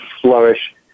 flourish